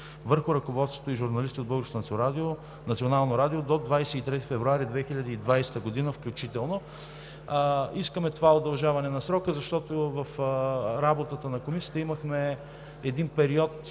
върху ръководството и журналисти от Българското национално радио до 23 февруари 2020 г. включително.“ Искаме това удължаване на срока, защото в работата на Комисията имахме един доста